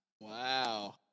Wow